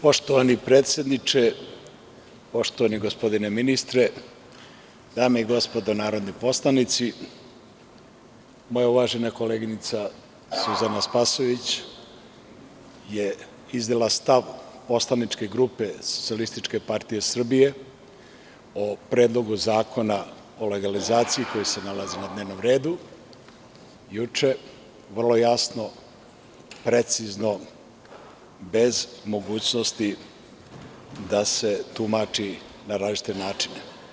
Poštovani predsedniče, poštovani gospodine ministre, dame i gospodo narodni poslanici, moja uvažena koleginica Suzana Spasojević je juče iznela stav poslaničke grupe SPS o Predlogu zakona o legalizaciji koji se nalazi na dnevnom redu, vrlo jasno, precizno i bez mogućnosti da se tumači na različite načine.